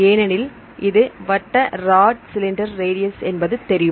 ஏனெனில் இது வட்ட ராட் சிலிண்டர் ரேடியஸ் என்பது தெரியும்